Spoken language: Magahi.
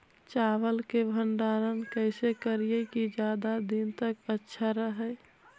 चावल के भंडारण कैसे करिये की ज्यादा दीन तक अच्छा रहै?